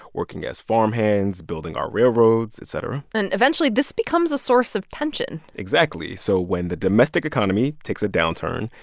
working as farmhands, building our railroads, et cetera and eventually, this becomes a source of tension exactly. so when the domestic economy takes a downturn,